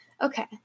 Okay